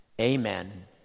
Amen